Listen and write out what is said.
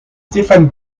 stéphane